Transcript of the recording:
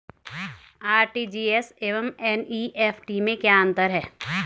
RTGS एवं NEFT में क्या अंतर है?